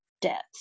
deaths